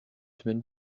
semaine